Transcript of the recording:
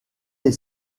est